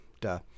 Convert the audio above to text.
duh